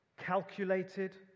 calculated